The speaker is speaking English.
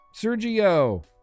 Sergio